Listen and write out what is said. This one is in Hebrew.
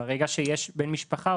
ברגע שיש בן משפחה,